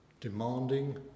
demanding